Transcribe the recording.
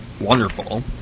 wonderful